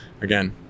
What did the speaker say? again